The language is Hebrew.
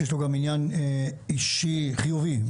שיש לו גם עניין אישי חיובי,